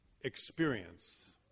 experience